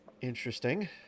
Interesting